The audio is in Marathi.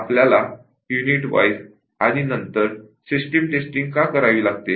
आपल्याला युनिट वाइज आणि नंतर सिस्टम टेस्टिंग का करावी लागते